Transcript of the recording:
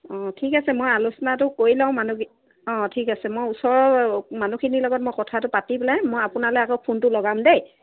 অঁ ঠিক আছে মই আলোচনাটো কৰি লওঁ মানুহ অঁ ঠিক আছে মই ওচৰৰ মানুহখিনিৰ লগত মই কথাটো পাতি পেলাই মই আপোনালৈ আকৌ ফোনটো লগাম দেই